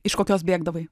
iš kokios bėgdavai